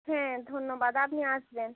হ্যাঁ ধন্যবাদ আপনি আসবেন